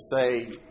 say